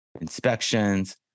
inspections